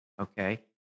okay